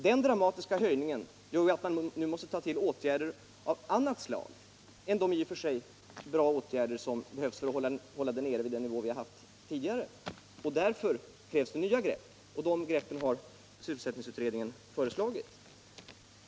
Denna dramatiska höjning gör att man nu måste ta till åtgärder av annat slag än de i och för sig bra åtgärder som behövs för att hålla arbetslösheten nere vid den nivå som vi haft tidigare. Därför krävs det nya grepp, och sådana grepp har sysselsättningsutredningen föreslagit.